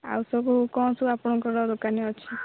ଆଉ ସବୁ କ'ଣ ସବୁ ଆପଣଙ୍କ ଦୋକାନରେ ଅଛି